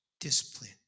discipline